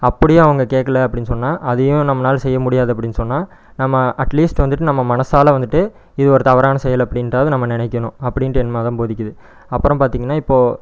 அப்படியும் அவங்க கேக்கலை அப்படின்னு சொன்னால் அதையும் நம்மளால் செய்ய முடியாது அப்படின்னு சொன்னால் நம்ம அட்லீஸ்ட்டு வந்துவிட்டு நம்ம மனசால் வந்துவிட்டு இது ஒரு தவறான செயல் அப்படின்ட்டாவது நம்ம நினைக்கணும் அப்படின்ட்டு என் மதம் போதிக்குது அப்புறம் பார்த்தீங்கன்னா இப்போது